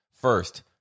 First